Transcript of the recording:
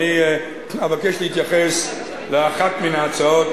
אני אבקש להתייחס לאחת מההצעות,